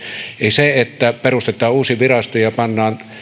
se että perustetaan uusi virasto ja pannaan yhteen eri